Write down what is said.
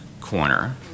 corner